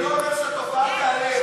זה לא אומר שהתופעה תיעלם.